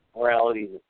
morality